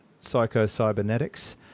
psycho-cybernetics